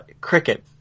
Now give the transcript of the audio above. Cricket